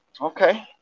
Okay